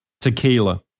tequila